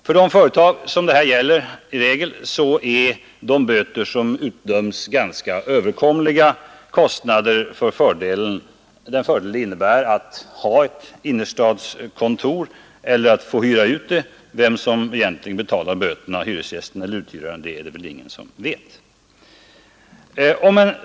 För de företag det här gälller är i regel de böter som utdömts ganska överkomliga kostnader för den fördel det innebär att ha ett innerstadskontor eller att 99 få hyra ut det. Vem som egentligen betalar böterna, hyresgästen eller uthyraren, det är det väl egentligen ingen som vet.